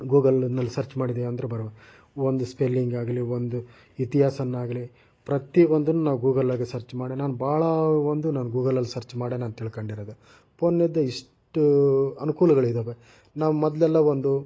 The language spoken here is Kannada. ಗೂಗಲ್ನಲ್ಲಿ ಸರ್ಚ್ ಮಾಡಿದ್ದೇವೆಂದರೆ ಬರುವ ಒಂದು ಸ್ಪೆಲ್ಲಿಂಗಾಗಲಿ ಒಂದು ಇತಿಹಾಸವಾಗಲಿ ಪ್ರತಿಯೊಂದನ್ನೂ ನಾವು ಗೂಗಲ್ಲಾಗೆ ಸರ್ಚ್ ಮಾಡೋನು ನಾನು ಭಾಳ ಒಂದು ನಾನು ಗೂಗಲಲ್ಲಿ ಸರ್ಚ್ ಮಾಡಿಯೇ ನಾನು ತಿಳಿದ್ಕೊಂಡಿರೋದು ಫೋನ್ನಿಂದ ಇಷ್ಟು ಅನುಕೂಲಗಳು ಇದ್ದಾವೆ ನಾವು ಮೊದಲೆಲ್ಲ ಒಂದು